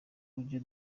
uburyo